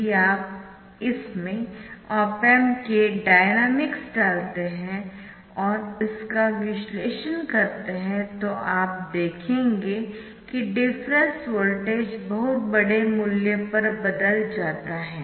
यदि आप इसमें ऑप एम्प के डायनामिक्स डालते है और इसका विश्लेषण करते है तो आप देखेंगे कि डिफरेन्स वोल्टेज बहुत बड़े मूल्य पर बदल जाता है